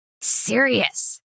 serious